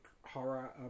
horror